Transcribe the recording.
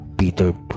Peter